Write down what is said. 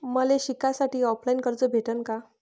मले शिकासाठी ऑफलाईन कर्ज भेटन का?